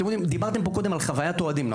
דיברתם קודם על חוויית אוהדים.